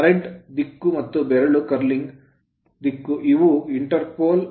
ಇದು current current ದಿಕ್ಕು ಮತ್ತು ಬೆರಳು ಕರ್ಲಿಂಗ್ flux ಫ್ಲಕ್ಸ್ ನ ದಿಕ್ಕು